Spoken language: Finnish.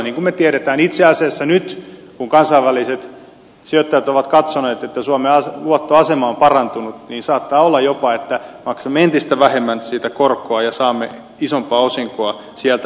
niin kuin me tiedämme itse asiassa nyt kun kansainväliset sijoittajat ovat katsoneet että suomen luottoasema on parantunut saattaa olla jopa niin että maksamme entistä vähemmän siitä korkoa ja saamme isompaa osinkoa sieltä evmstä